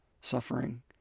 suffering